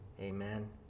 amen